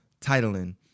titling